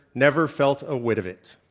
never felt a wit of it.